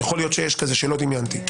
יכול להיות שיש כזה שלא ידעתי.